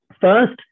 First